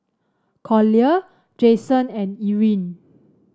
Collier Jayson and Erin